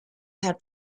had